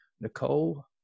nicole